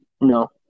No